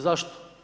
Zašto?